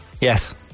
Yes